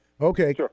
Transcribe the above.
Okay